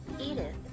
Edith